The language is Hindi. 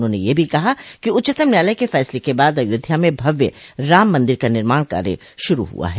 उन्होंने यह भी कहा कि उच्चतम न्यायालय के फैसले के बाद अयोध्या में भव्य राम मंदिर का निर्माण कार्य शुरू हुआ है